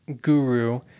guru